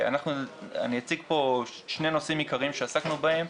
אני אציג פה שני נושאים עיקריים שעסקנו בהם,